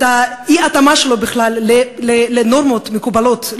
את האי-התאמה שלו בכלל לנורמות מקובלות,